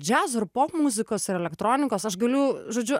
džiazo ir popmuzikos ir elektronikos aš galiu žodžiu